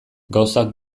gauzak